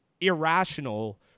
irrational